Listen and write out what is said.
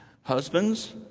Husbands